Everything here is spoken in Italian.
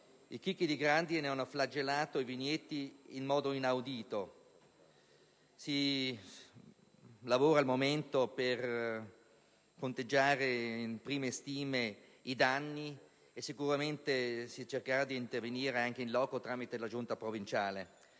I chicchi di grandine hanno flagellato i vigneti in modo inaudito. Al momento si lavora per fare le prime stime dei danni e sicuramente si cercherà di intervenire anche *in loco* tramite la Giunta provinciale.